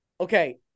okay